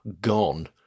gone